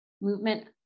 movement